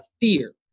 fear